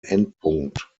endpunkt